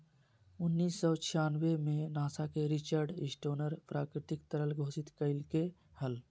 उन्नीस सौ छियानबे में नासा के रिचर्ड स्टोनर प्राकृतिक तरल घोषित कइलके हल